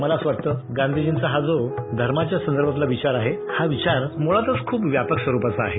मला असं वाटतं गांधीजींचा हा जो धर्माच्या संदर्भातला विचार आहे हा विचार मुळातच खुप व्यापक स्वरुपाचा आहे